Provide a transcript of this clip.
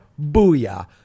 booyah